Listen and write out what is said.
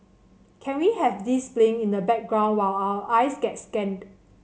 can we have this playing in the background while our eyes get scanned